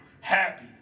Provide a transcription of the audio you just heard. happy